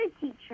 teacher